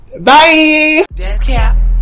Bye